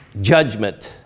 judgment